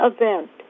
event